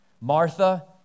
Martha